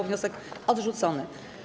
Wniosek odrzucony.